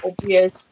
obvious